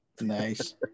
nice